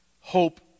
hope